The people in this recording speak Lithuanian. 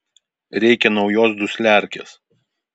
reikia naujos dusliarkės